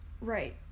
Right